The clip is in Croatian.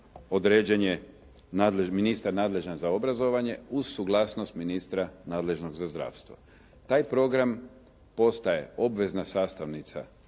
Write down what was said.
određen je ministar nadležan za obrazovanje uz suglasnost ministra nadležnog za zdravstvo. Taj program postaje obvezna sastavnica